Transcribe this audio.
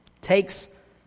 takes